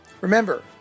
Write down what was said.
Remember